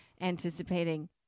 anticipating